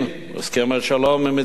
הסכם השלום עם מצרים.